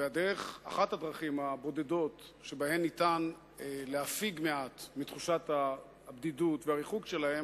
ואחת הדרכים הבודדות שבהן ניתן להפיג מעט מתחושת הבדידות והריחוק שלהם